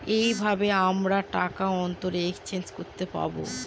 এইভাবে আমরা টাকার অন্তরে এক্সচেঞ্জ করতে পাবো